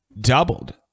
doubled